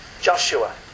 Joshua